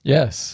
Yes